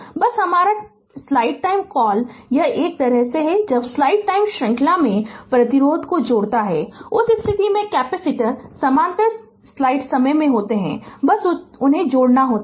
बस हमारा slide time call यह एक तरह से है जब स्लाइड टाइम श्रृंखला में प्रतिरोध जोड़ता है उस स्थिति में कैपेसिटर समानांतर स्लाइड समय में होते हैं बस उन्हें जोड़ना होता है